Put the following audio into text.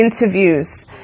interviews